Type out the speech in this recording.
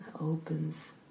opens